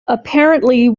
apparently